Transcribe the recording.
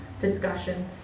discussion